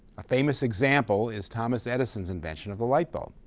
a famous example is thomas edison's invention of the light bulb.